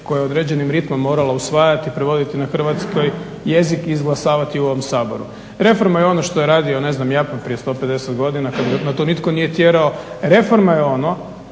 koje određenim ritmom morala usvajati, prevoditi na hrvatski jezik i izglasavati u ovom Saboru. Reforma je ono što je radio ne znam Japan prije 150 godina kad ga na to nitko nije tjerao. Reforma je ono